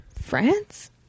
france